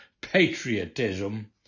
patriotism